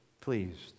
pleased